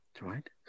right